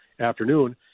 afternoon